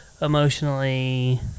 emotionally